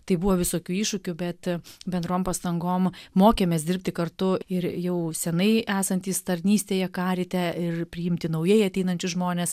tai buvo visokių iššūkių bet bendrom pastangom mokėmės dirbti kartu ir jau seniai esantys tarnystėje karite ir priimti naujai ateinančius žmones